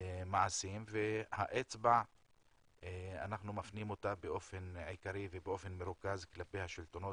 מעשים ואת האצבע אנחנו מפנים באופן עיקרי ובאופן מרוכז כלפי השלטונות,